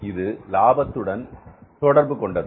இது லாபத்துடன் தொடர்பு கொண்டது